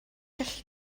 gallu